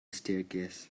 staircase